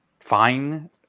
fine